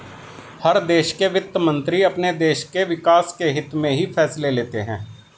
हर देश के वित्त मंत्री अपने देश के विकास के हित्त में ही फैसले लेते हैं